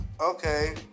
okay